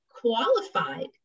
qualified